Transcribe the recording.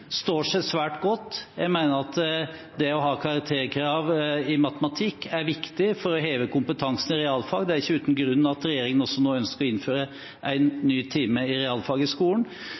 står seg svært godt. Jeg mener at det å ha karakterkrav i matematikk er viktig for å heve kompetansen i realfag – det er ikke uten grunn at regjeringen nå også ønsker å innføre en ny time med realfag i skolen.